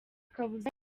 kabuza